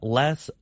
less